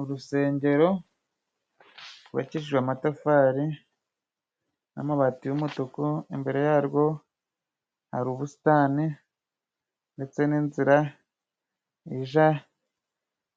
Urusengero gubakijwe amatafari n'amabati y'umutuku imbere yarwo hari ubusitani ndetse n'inzira ija